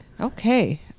Okay